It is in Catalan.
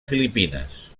filipines